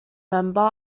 member